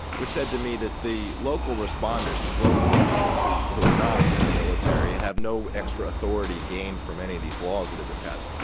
which said to me that the local responders, these local officials who who were not in the military and have no extra authority gained from any of these laws that had been passed,